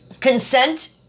Consent